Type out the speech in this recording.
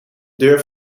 deur